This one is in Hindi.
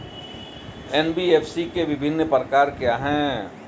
एन.बी.एफ.सी के विभिन्न प्रकार क्या हैं?